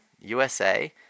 USA